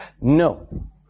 No